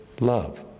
love